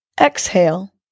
exhale